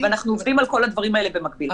ואנחנו עובדים על כל הדברים האלה במקביל.